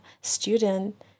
student